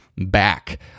Back